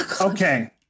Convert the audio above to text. Okay